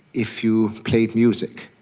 if you played music,